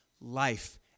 life